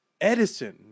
Edison